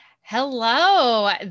Hello